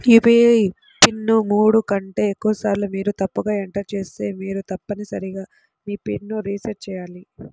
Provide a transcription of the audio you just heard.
UPI PIN ను మూడు కంటే ఎక్కువసార్లు మీరు తప్పుగా ఎంటర్ చేస్తే మీరు తప్పనిసరిగా మీ పిన్ ను రీసెట్ చేయాలి